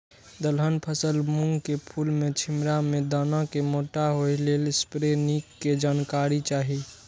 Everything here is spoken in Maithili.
दलहन फसल मूँग के फुल में छिमरा में दाना के मोटा होय लेल स्प्रै निक के जानकारी चाही?